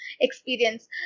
experience